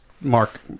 mark